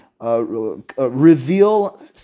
Reveal